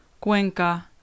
Cuenca